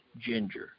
ginger